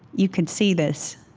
you could see this